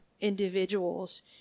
individuals